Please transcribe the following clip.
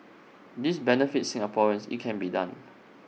this benefits Singaporeans IT can be done